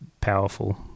powerful